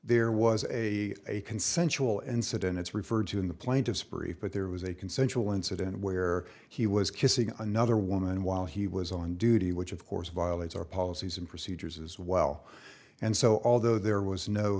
there was a consensual incident it's referred to in the plaintiff's brief but there was a consensual incident where he was kissing another woman while he was on duty which of course violates our policies and procedures as well and so although there was no